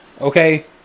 Okay